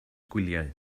gwyliau